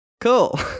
Cool